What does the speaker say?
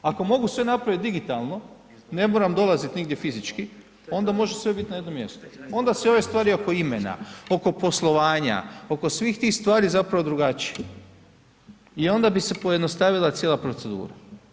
Ako mogu sve napravit digitalno, ne moram dolazit nigdje fizički, onda sve može bit na jednom mjestu, onda se ove stvari oko imena, oko poslovanja, oko svih tih stvari zapravo drugačiji i onda bi se pojednostavila cijela procedura.